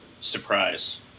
surprise